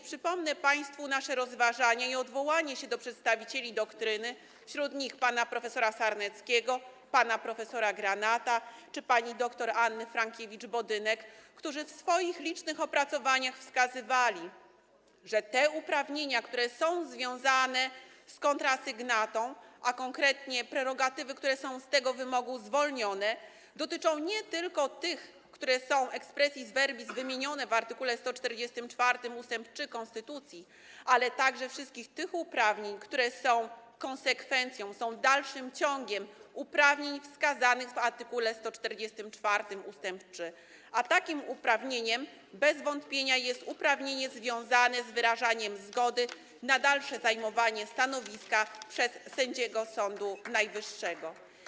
Przypomnę państwu nasze rozważania i odwołanie się do opinii przedstawicieli doktryny, wśród nich pana prof. Sarneckiego, pana prof. Granata czy pani dr Anny Frankiewicz-Bodynek, którzy w swoich licznych opracowaniach wskazywali, że te uprawnienia, które są związane z kontrasygnatą, a konkretnie prerogatywy, które są z tego wymogu zwolnione, dotyczą nie tylko tych uprawnień, które są expressis verbis wymienione w art. 144 ust. 3 konstytucji, ale także wszystkich tych uprawnień, które są konsekwencją, są dalszym ciągiem uprawnień wskazanych w art. 144 ust. 3, a takim uprawnieniem bez wątpienia jest uprawnienie związane z wyrażaniem zgody na dalsze zajmowanie stanowiska przez sędziego Sądu Najwyższego.